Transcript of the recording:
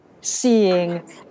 seeing